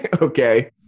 Okay